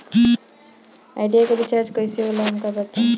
Idea के recharge कईसे होला हमका बताई?